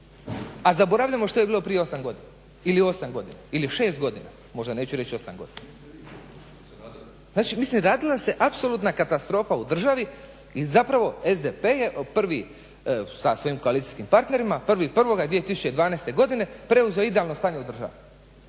a zaboravljamo što je bilo prije 8 godina, ili 8 godina, ili 6 godina, možda neću reći 8 godina. Znači mislim radila se apsolutna katastrofa u državi i zapravo SDP je prvi sa svojim koalicijskim partnerima 1.1.2012. godine preuzeo idealno stanje u državi.